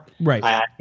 Right